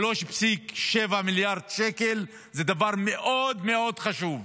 3.7 מיליארד שקל, זה דבר מאוד מאוד חשוב.